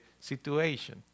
situation